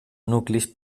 nuclis